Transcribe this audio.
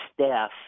staff